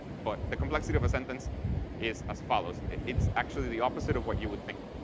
but the complexity of a sentence is as follows. it's actually the opposite of what you would think.